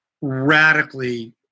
radically